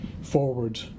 forward